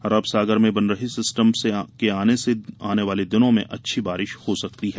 अरब सागर में बन रहे सिस्टम से आने वाले दिनों में अच्छी बारिश हो सकती है